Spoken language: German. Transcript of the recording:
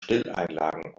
stilleinlagen